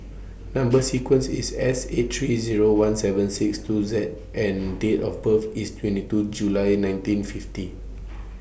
Number sequence IS S eight three Zero one seven six two Z and Date of birth IS twenty two July nineteen fifty